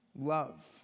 love